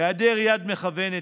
היעדר יד מכוונת,